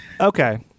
Okay